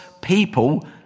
people